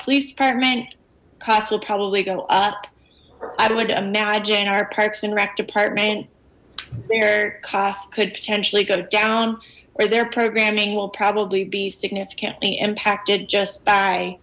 police department costs will probably go up i would imagine our parks and rec department their cost could potentially go down where their programming will probably be significantly impacted just by